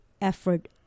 effort